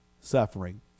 suffering